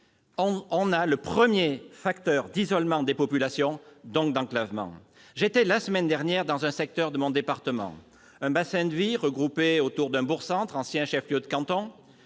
le premier facteur d'isolement des populations, donc d'enclavement. Je me trouvais la semaine dernière dans un secteur de mon département, un bassin de vie regroupé autour d'un bourg-centre, ancien chef-lieu de canton,